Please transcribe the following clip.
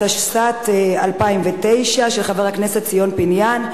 התשס"ט 2009, של חבר הכנסת ציון פיניאן.